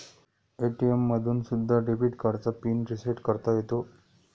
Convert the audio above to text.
ATM मधून सुद्धा debit कार्डचा पिन रिसेट करता येतो